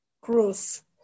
growth